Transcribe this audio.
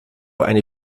eine